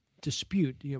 dispute